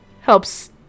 helps